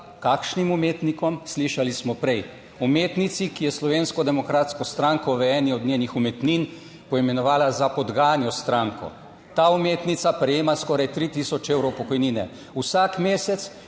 kakšnim umetnikom. Slišali smo prej umetnici, ki je Slovensko demokratsko stranko v eni od njenih umetnin poimenovala za podganjo stranko, ta umetnica prejema skoraj 3000 evrov pokojnine vsak mesec